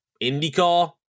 IndyCar